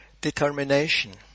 Determination